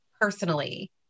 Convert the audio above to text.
personally